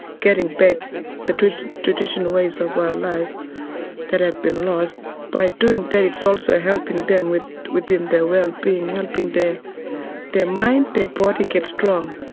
getting back the traditional traditional ways of our life that have been lost by doing that it's also helping them with their wellbeing, helping their their mind, their body get strong.